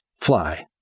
Fly